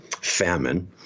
famine